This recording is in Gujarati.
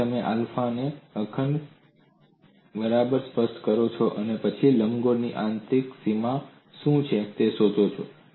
તેથી તમે આલ્ફાને અખંડની બરાબર સ્પષ્ટ કરો અને પછી લંબગોળની આંતરિક સીમા શું છે તે શોધો